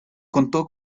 contó